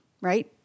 right